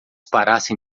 parassem